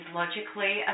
logically